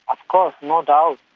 of course, no doubt.